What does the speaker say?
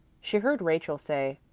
she heard rachel say,